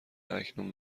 اکنون